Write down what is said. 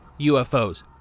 UFOs